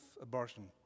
abortion